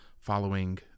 following